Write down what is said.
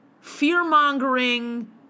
fear-mongering